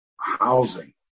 housing